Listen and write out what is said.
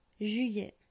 Juillet